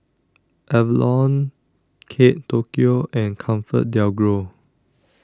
Avalon Kate Tokyo and ComfortDelGro